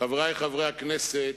חברי חברי הכנסת,